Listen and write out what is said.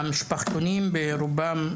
המשפחתונים ברובם,